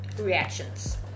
reactions